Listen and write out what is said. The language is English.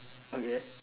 okay